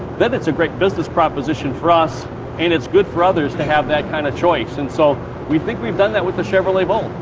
then that's a great business proposition for us and it's good for others to have that kind of choice. and so we think we've done that with the chevrolet volt.